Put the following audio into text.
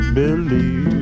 believe